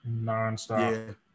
nonstop